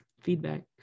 feedback